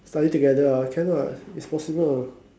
study together ah can ah it's possible